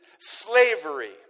slavery